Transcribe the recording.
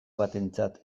batentzat